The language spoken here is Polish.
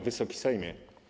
Wysoki Sejmie!